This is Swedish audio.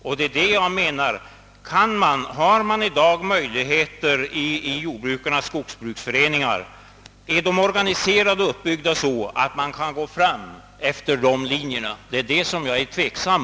Har man i dag tillräckliga möjligheter härvidlag i jordbrukarnas skogsbruksföreningar? Är de organiserade och utbyggda så att man kan gå fram efter dessa linjer? Därvidlag är jag mycket tveksam.